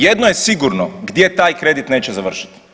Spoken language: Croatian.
Jedno je sigurno gdje taj kredit neće završiti.